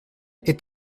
est